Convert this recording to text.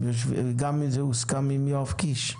זה הוסכם גם עם יואב קיש.